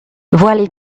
voilée